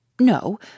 No